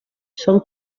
són